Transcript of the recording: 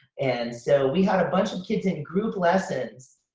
and so we had a bunch of kids in group lessons,